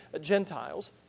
Gentiles